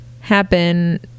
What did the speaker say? happen